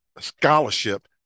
scholarship